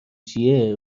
جیه